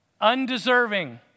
Undeserving